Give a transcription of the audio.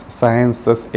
sciences